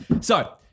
So-